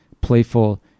playful